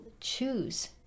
choose